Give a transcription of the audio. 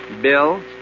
bill